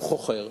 הוא חוכר,